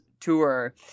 tour